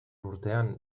urtean